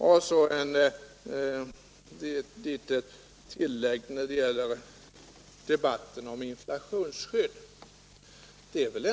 Sedan ett litet tillägg när det gäller debatten om inflationsskydd.